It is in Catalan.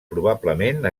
probablement